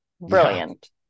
brilliant